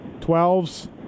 Twelves